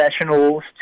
professionals